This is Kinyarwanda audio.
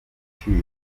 yaciye